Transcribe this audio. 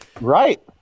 Right